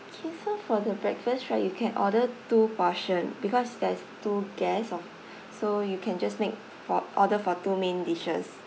K so for the breakfast right you can order two portion because there's two guests of so you can just make for order for two main dishes